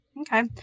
Okay